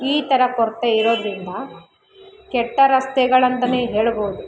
ಈ ಥರ ಕೊರತೆ ಇರೋದ್ರಿಂದ ಕೆಟ್ಟ ರಸ್ತೆಗಳಂತನೇ ಹೇಳ್ಬೋದು